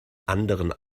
anderen